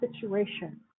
situation